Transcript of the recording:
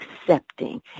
accepting